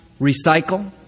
recycle